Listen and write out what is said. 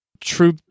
true